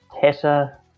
Tessa